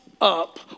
up